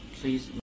Please